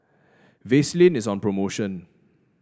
Vaselin is on promotion